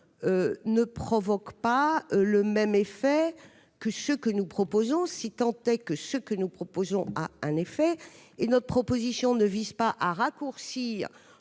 ne provoque pas le même effet que celui que nous proposons- si tant est que celui que nous proposons ait un effet. Notre proposition vise non pas à raccourcir